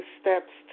steps